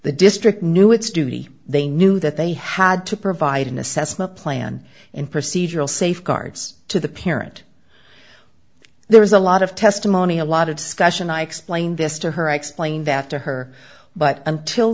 the district knew its duty they knew that they had to provide an assessment plan and procedural safeguards to the parent there is a lot of testimony a lot of discussion i explained this to her i explained that to her but until